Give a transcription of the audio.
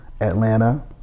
Atlanta